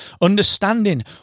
understanding